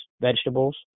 vegetables